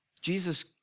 Jesus